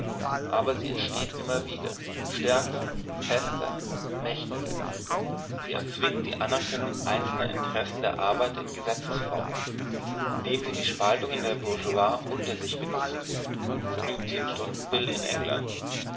aber sie ersteht immer wieder stärker fester mächtiger sie erzwingt die anerkennung einzelner interesse der arbeiter in gesetzesform indem sie die spaltungen der bourgeoisie unter sich benutzt so die zehnstundenbill in england